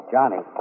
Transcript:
Johnny